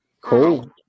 cool